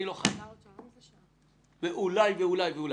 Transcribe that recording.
אני לא חי מפרנויות ומאולי, ואולי ואולי.